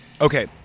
Okay